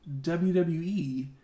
WWE